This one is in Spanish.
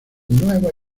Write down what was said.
nueva